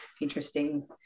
interesting